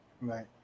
Right